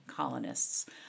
Colonists